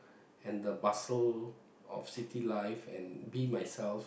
and the bustle of city life and be myself